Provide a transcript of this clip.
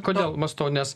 kodėl mąstau nes